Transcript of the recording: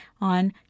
on